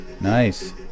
Nice